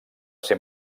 ser